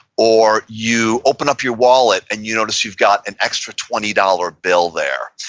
or you open up your wallet and you notice you've got an extra twenty dollars bill there.